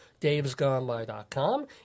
davesgoneby.com